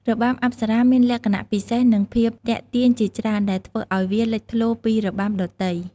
របាំអប្សរាមានលក្ខណៈពិសេស និងភាពទាក់ទាញជាច្រើន ដែលធ្វើឱ្យវាលេចធ្លោពីរបាំដទៃ។